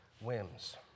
whims